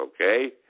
okay